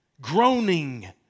Groaning